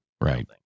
Right